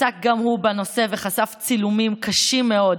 שעסק גם הוא בנושא וחשף צילומים קשים מאוד,